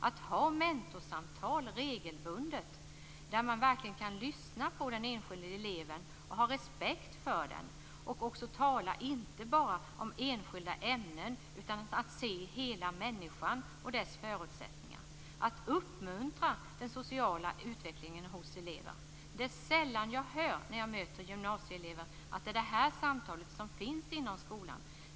Det gäller att regelbundet ha mentorsamtal där man verkligen kan lyssna på den enskilde eleven och ha respekt för eleven. Dessutom skall man inte bara tala om enskilda ämnen, utan det gäller att se hela människan och dess förutsättningar och att uppmuntra den sociala utvecklingen hos elever. När jag möter gymnasieelever är det sällan jag hör att det samtalet finns inom skolan.